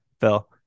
Phil